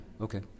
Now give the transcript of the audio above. okay